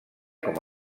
com